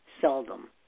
seldom